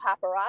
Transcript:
paparazzi